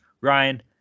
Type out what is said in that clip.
Ryan